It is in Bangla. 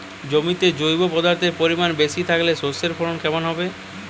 জমিতে জৈব পদার্থের পরিমাণ বেশি থাকলে শস্যর ফলন কেমন হবে?